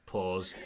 Pause